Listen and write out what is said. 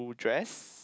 dress